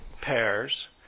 pairs